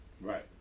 Right